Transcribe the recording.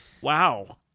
wow